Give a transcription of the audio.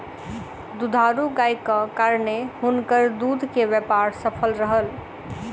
दुधारू गायक कारणेँ हुनकर दूध के व्यापार सफल रहल